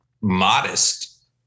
modest